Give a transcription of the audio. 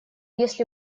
если